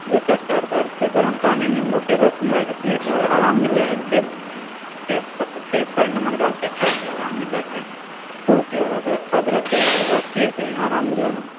एकर सरदर्दके गरम पानी नीम्बूके रस मिलाइके पियै से आराम मिलल हय सेब पर नमक डालिकऽ खाइ से आराम मिलै हय तुलसी आओर अदरकके रस पियै से आराम मिलै हय